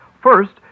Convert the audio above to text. First